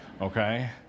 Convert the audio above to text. okay